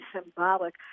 symbolic